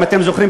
אם אתם זוכרים,